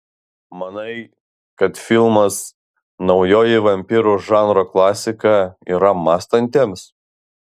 manai kad filmas naujoji vampyrų žanro klasika yra mąstantiems